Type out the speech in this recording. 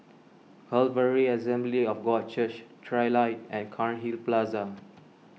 Calvary Assembly of God Church Trilight and Cairnhill Plaza